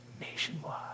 nationwide